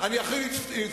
אני אתחיל לבדוק,